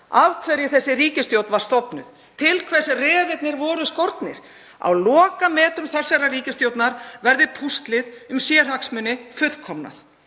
af hverju þessi ríkisstjórn var stofnuð, til hvers refarnir voru skornir. Á lokametrum þessarar ríkisstjórnar verður púslið um sérhagsmuni fullkomnað.